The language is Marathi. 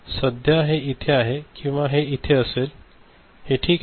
सध्या हे इथे आहे किंवा हे इथे असेल हे ठीक आहे